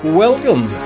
welcome